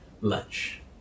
lunch